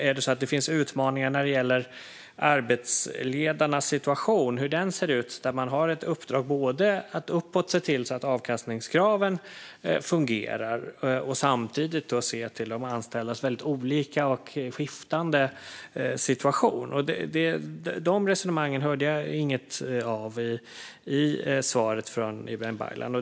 Är det så att det finns utmaningar när det gäller arbetsledarnas situation och hur den ser ut? Man har ett uppdrag att uppåt se till att avkastningskraven fungerar. Samtidigt ska man se till de anställdas väldigt olika och skiftande situationer. De resonemangen hörde jag inget av i svaret från Ibrahim Baylan.